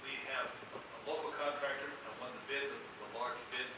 we have been